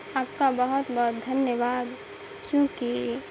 آپ کا بہت بہت دھنیہ واد کیونکہ